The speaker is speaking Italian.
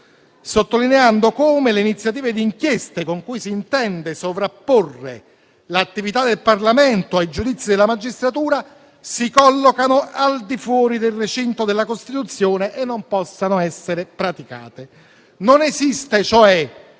sottolineando come le iniziative di inchieste con cui si intende sovrapporre l'attività del Parlamento ai giudizi della magistratura si collocano al di fuori del recinto della Costituzione e non possono essere praticate. Non esiste, cioè,